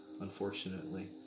unfortunately